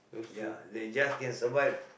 ya they just can survive